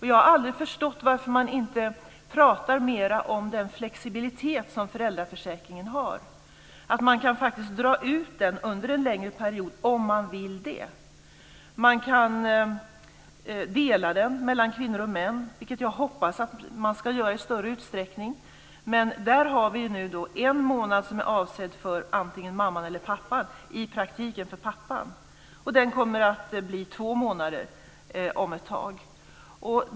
Jag har aldrig förstått varför man inte pratar mer om den flexibilitet som föräldraförsäkringen har. Man kan faktiskt dra ut den under en lägre period om man vill det. Man kan dela den mellan kvinnor och män, vilket jag hoppas att man ska göra i större utsträckning. Vi har nu en månad som är avsedd antingen för mamman eller för pappan, i praktiken för pappan. Den månaden kommer att bli två månader om ett tag.